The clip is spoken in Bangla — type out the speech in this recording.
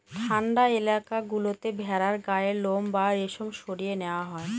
ঠান্ডা এলাকা গুলোতে ভেড়ার গায়ের লোম বা রেশম সরিয়ে নেওয়া হয়